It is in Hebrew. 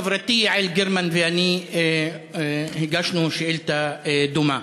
חברתי יעל גרמן ואני הגשנו שאילתה דומה.